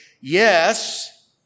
yes